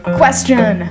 question